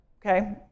Okay